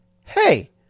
hey